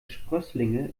sprösslinge